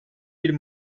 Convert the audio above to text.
bir